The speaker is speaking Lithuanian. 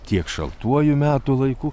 tiek šaltuoju metų laiku